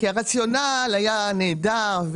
הרציונל היה נהדר.